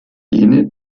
jene